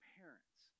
parents